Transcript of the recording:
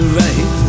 right